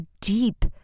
deep